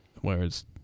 Whereas